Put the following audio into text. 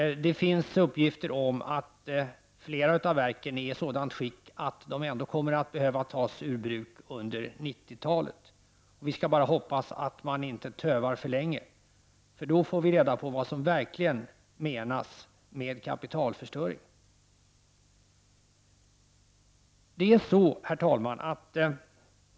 Det finns uppgifter om att flera verk är i ett sådant skick att de i varje fall kommer att behöva tas ur bruk under 90-talet. Vi får bara hoppas att man inte tövar för länge -- då skulle vi verkligen få reda på vad som menas med kapitalförstöring. Herr talman!